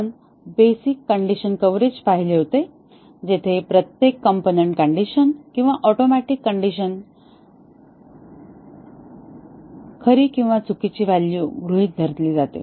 आपण basic condition कव्हरेजकडे पाहिले होते जिथे प्रत्येक कॉम्पोनन्ट कंडिशन किंवा ऑटोमिक कंडिशन खरी आणि चुकीची व्हॅलू गृहीत धरले जाते